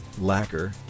lacquer